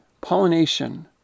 pollination